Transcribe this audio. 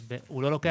הוא לא לוקח סיכון.